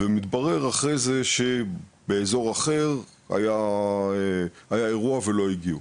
ומתברר אחרי זה שבאזור אחר היה אירוע ולא הגיעו,